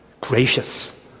gracious